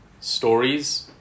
stories